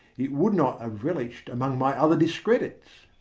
it would not have relish'd among my other discredits.